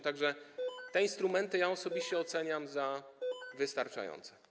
Tak że te instrumenty osobiście oceniam jako wystarczające.